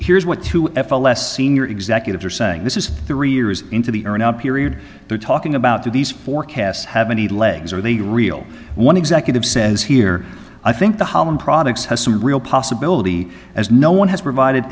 here's what to f l s senior executives are saying this is three years into the or now period they're talking about do these forecasts have any legs are they real one executive says here i think the holland products has some real possibility as no one has provided